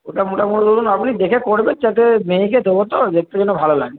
ওটা মোটামুটি ধরুন আপনি দেখে করবেন মেয়েকে দেব তো দেখতে যেন ভালো লাগে